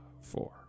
four